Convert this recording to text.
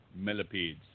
millipedes